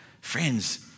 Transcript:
Friends